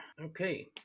okay